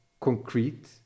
concrete